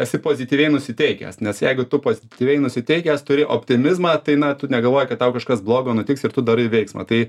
esi pozityviai nusiteikęs nes jeigu tu pozityviai nusiteikęs turi optimizmą tai na tu negalvoji kad tau kažkas blogo nutiks ir tu darai veiksmą tai